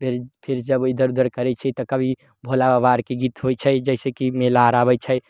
फेर फेर जब इधर उधर करै छियै तऽ कभी भोला बाबा आरके गीत होइ छै जाहिसऽ की मेला आर अबै छै